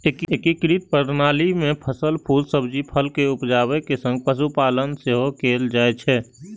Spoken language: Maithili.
एकीकृत कृषि प्रणाली मे फसल, फूल, सब्जी, फल के उपजाबै के संग पशुपालन सेहो कैल जाइ छै